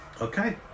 Okay